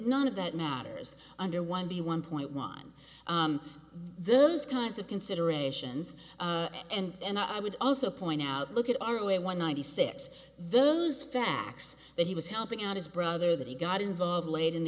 none of that matters under one b one point one those kinds of considerations and i would also point out look at our way one ninety six those facts that he was helping out his brother that he got involved late in the